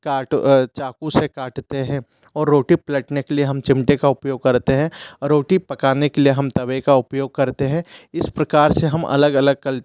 चाकू से काटते हैं और रोटी पलटने के लिए हम चिमटे का उपयोग करते हैं और रोटी पकाने के लिए हम तवे का उपयोग करते हैं इस प्रकार से हम अलग अलग कल